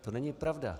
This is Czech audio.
To není pravda.